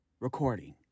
Recording